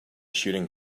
shooting